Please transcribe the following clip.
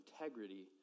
integrity